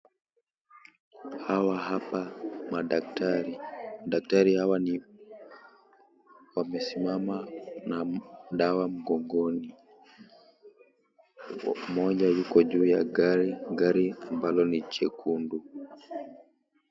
Hawa hapa madaktari , daktari hawa ni wamesimama na dawa mgongoni mmoja yuko juu ya gari, gari ambalo ni jekundu .